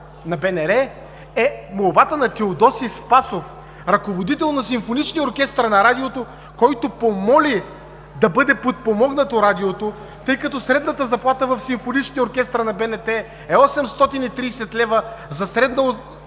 на БНР, е молбата на Теодосий Спасов – ръководител на Симфоничния оркестър на радиото, който помоли да бъде подпомогнато радиото, тъй като средната заплата в Симфоничния оркестър на БНТ е 830 лв. за средна